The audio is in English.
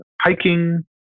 hiking